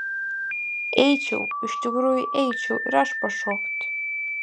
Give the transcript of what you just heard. eičiau iš tikrųjų eičiau ir aš pašokti